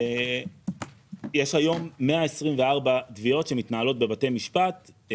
יש היום 124 תביעות שמתנהלות בבתי משפט.